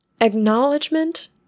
Acknowledgement